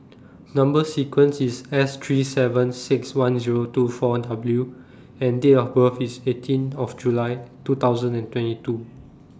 Number sequence IS S three seven six one Zero two four W and Date of birth IS eighteen of July two thousand and twenty two